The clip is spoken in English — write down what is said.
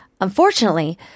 Unfortunately